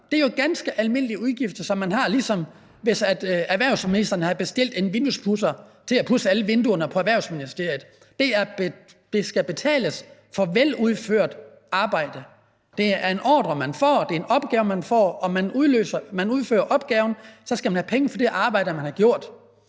er jo ganske almindelige udgifter, som man har, ligesom hvis erhvervsministeren har bestilt en vinduespudser til at pudse alle vinduerne i Erhvervsministeriet. Der skal betales for veludført arbejde. Det er en ordre, man får; det er en opgave, man får. Og når man løser opgaven, skal man have penge for det arbejde, man har gjort.